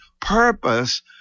purpose